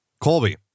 Colby